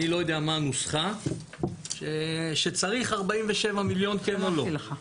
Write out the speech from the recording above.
אני לא יודע מה הנוסחה שצריך 47 מיליון כן או לא.